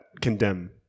condemn